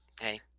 hey